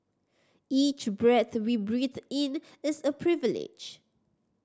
each breath we breathe in is a privilege